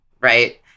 right